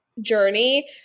journey